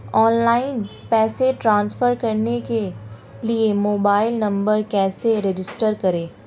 Online पैसे transfer करने के लिए मोबाइल नंबर कैसे रजिस्टर करें?